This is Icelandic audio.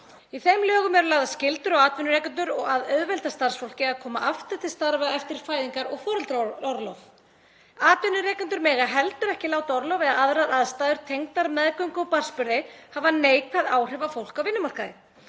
Í þeim lögum eru lagðar skyldur á atvinnurekendur að auðvelda starfsfólki að koma aftur til starfa eftir fæðingar- og foreldraorlof. Atvinnurekendur mega heldur ekki láta orlof eða aðrar aðstæður tengdar meðgöngu og barnsburði hafa neikvæð áhrif á fólk á vinnumarkaði.